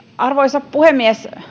arvoisa puhemies